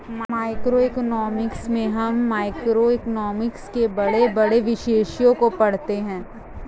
macroeconomics में हम economics के बड़े बड़े विषयों को पढ़ते हैं